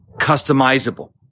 customizable